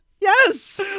Yes